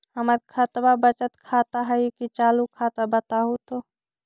हमर खतबा बचत खाता हइ कि चालु खाता, बताहु तो?